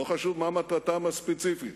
לא חשוב מה מטרתם הספציפית,